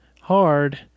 hard